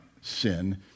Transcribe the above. sin